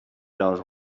knows